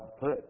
put